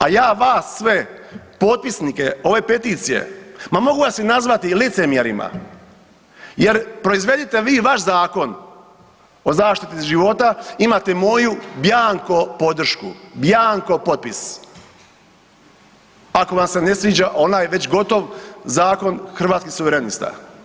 A ja vas sve potpisnike ove peticije, ma mogu vas i nazvati i licemjerima jer proizvedite vi vaš zakon o zaštiti života, imate moju bjanko podršku, bjanko potpis ako vam se ne sviđa onaj već gotov zakon Hrvatskih suverenista.